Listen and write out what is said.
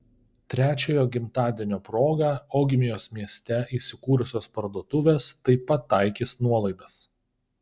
trečiojo gimtadienio proga ogmios mieste įsikūrusios parduotuvės taip pat taikys nuolaidas